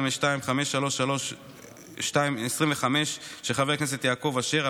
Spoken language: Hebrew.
2022 פ/533/25, של חבר הכנסת יעקב אשר.